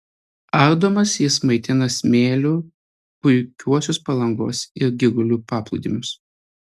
ardomas jis maitina smėliu puikiuosius palangos ir girulių paplūdimius